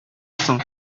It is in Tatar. соң